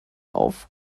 auf